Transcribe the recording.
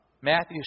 Matthew